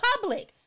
public